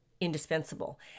indispensable